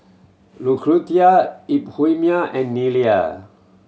Lucretia Euphemia and Nellie